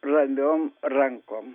ramiom rankom